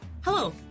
hello